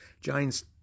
Giants